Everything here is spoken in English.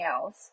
else